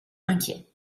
inquiets